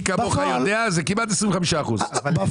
מי כמוך יודע זה כמעט 25%. טבלת המס היא להפחית מס על רווח.